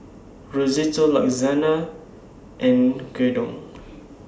Risotto and Gyudon